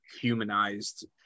humanized